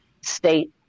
state